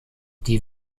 die